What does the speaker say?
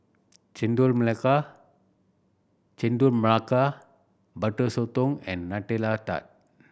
Chendol Melaka Chendol Melaka Butter Sotong and Nutella Tart